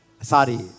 Sorry